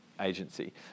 agency